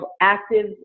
active